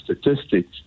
statistics